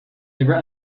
ever